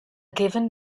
given